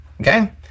okay